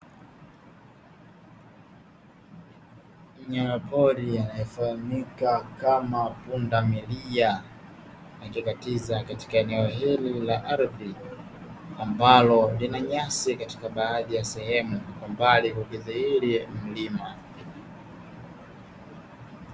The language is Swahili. Mnyamapori anayefahamika kama pundamilia, akikatiza katika eneo hili la ardhi, ambalo lina nyasi katika baadhi ya sehemu, kwa mbali kukidhihiri mlima.